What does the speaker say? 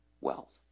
wealth